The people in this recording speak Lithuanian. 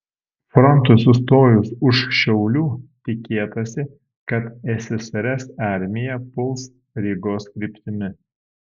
frontui sustojus už šiaulių tikėtasi kad ssrs armija puls rygos kryptimi